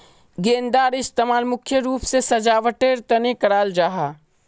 गेंदार इस्तेमाल मुख्य रूप से सजावटेर तने कराल जाहा